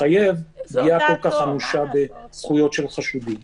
ביקשנו גם מהנהלת בתי המשפט וגם מהשב"ס נתונים שבועיים.